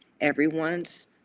Everyone's